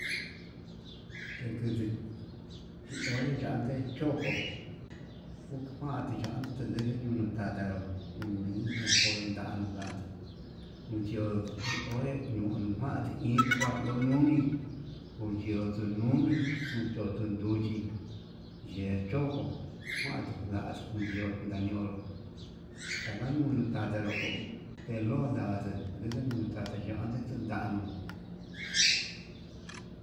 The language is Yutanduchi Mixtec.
Yakutu chi onré yande choko tuu kuande yande nduku kandanró, undino kondate nda'a tuu yo'o onre kuu kuande iin ituu kuan nduu nuni kuyoto nuni uun yoto yuchí ye'e choko kuando ndato yee, yo'o ndañonró taka ñunu nda'a ko enlon ndandu nduku yuu ña'a tundanu.